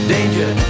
Danger